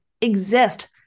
exist